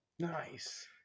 Nice